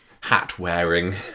hat-wearing